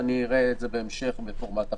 ואני אראה את זה בהמשך בפורמט אחר.